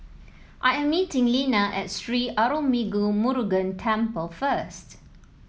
I am meeting Lina at Sri Arulmigu Murugan Temple first